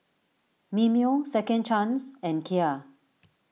Mimeo Second Chance and Kia